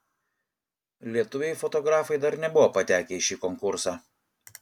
lietuviai fotografai dar nebuvo patekę į šį konkursą